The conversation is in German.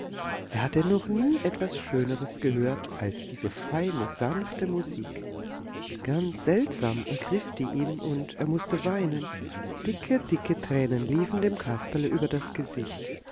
er hatte noch nie etwas schöneres gehört als diese feine sanfte musik ganz seltsam ergriff die ihn und er mußte weinen dicke dicke tränen liefen dem kasperle über das gesicht